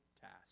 task